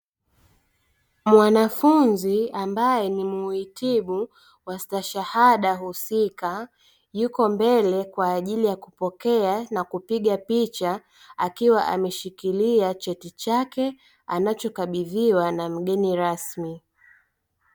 Mwanafunzi ambaye ni mhitimu wa stashahada husika, yuko mbele kwa ajili ya kupokea na kupiga picha akiwa ameshikilia cheti chake anachokabidhiwa na mgeni rasmi.